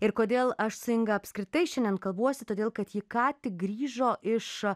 ir kodėl aš su inga apskritai šiandien kalbuosi todėl kad ji ką tik grįžo iš